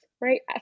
right